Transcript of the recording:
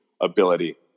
ability